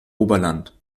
oberland